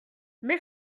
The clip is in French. mes